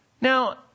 Now